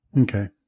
Okay